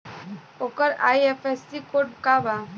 ओकर IFSC code का बा?